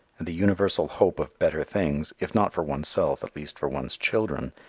and the universal hope of better things, if not for oneself, at least for one's children,